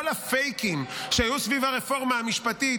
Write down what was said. כל הפייקים שהיו סביב הרפורמה המשפטית,